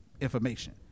information